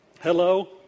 hello